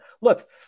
look